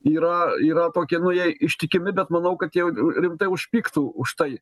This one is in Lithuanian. yra yra tokie nu jie ištikimi bet manau kad jeigu rimtai užpyktų už tai